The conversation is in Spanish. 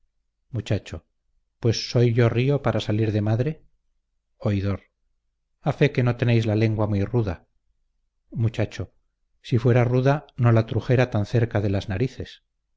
muchacho pues soy yo río para salir de madre oidor a fe que no tenéis la lengua muy ruda muchacho si fuera ruda no la trujera tan cerca de las narices